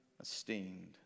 esteemed